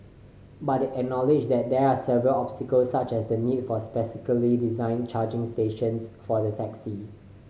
but they acknowledged that there are several obstacles such as the need for specially designed charging stations for the taxi